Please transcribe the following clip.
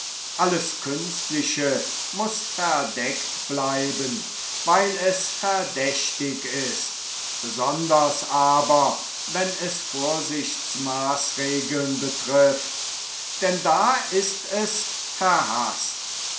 alles künstliche muß verdeckt bleiben weil es verdächtig ist besonders aber wenn es vorsichtsmaaßregeln betrifft denn da ist es verhaßt